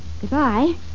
Goodbye